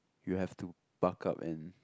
you have to buck up and